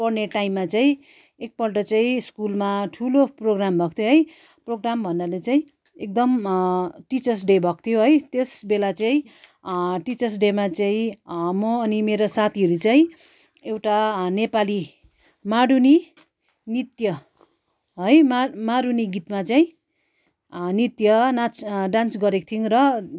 पढने टाइममा चै एक पल्ट चाहिँ स्कुलमा ठुलो प्रोग्राम भएको थियो है प्रोग्राम भन्नाले चाहिँ एकदम टिचर्स डे भएको थियो है त्यस बेला चाहिँ टिचर्स डेमा चाहिँ म अनि मेरो साथीहरू चाहिँ एउटा नेपाली मारुनी नृत्य है मा मरुनी गीतमा चाहिँ नृत्य नाच डान्स गरेको थियौँ र